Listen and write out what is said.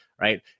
right